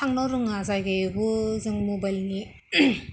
थांनो रोङा जायगायावबो जों मबाइलनि